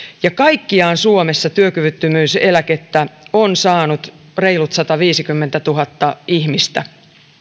ja kaikkiaan suomessa työkyvyttömyyseläkettä on saanut reilut sataviisikymmentätuhatta ihmistä